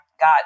got